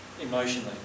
emotionally